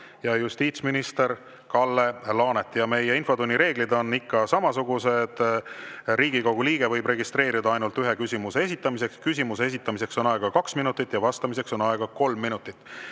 ja justiitsminister Kalle Laanet. Meie infotunni reeglid on ikka samasugused: Riigikogu liige võib registreeruda ainult ühe küsimuse esitamiseks, küsimuse esitamiseks on aega kaks minutit, vastamiseks on aega kolm minutit.